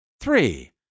Three